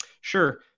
sure